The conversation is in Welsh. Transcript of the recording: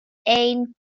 ein